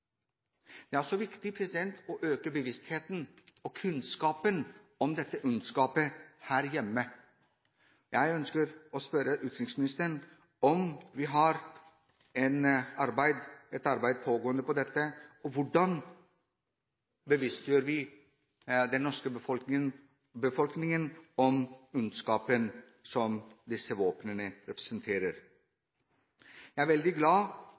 Det er også viktig å øke bevisstheten og kunnskapen om den ondskapen her hjemme. Jeg ønsker å spørre utenriksministeren om vi har et pågående arbeid om dette, og hvordan bevisstgjør vi den norske befolkningen om ondskapen som disse våpnene representerer? Jeg er veldig glad